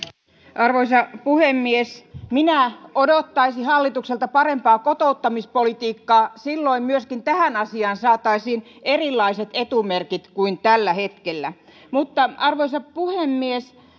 arvoisa puhemies minä odottaisin hallitukselta parempaa kotouttamispolitiikkaa silloin myöskin tähän asiaan saataisiin erilaiset etumerkit kuin on tällä hetkellä arvoisa puhemies